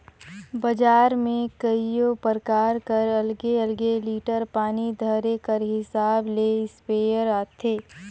बजार में कइयो परकार कर अलगे अलगे लीटर पानी धरे कर हिसाब ले इस्पेयर आथे